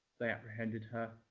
they apprehended her,